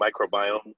microbiome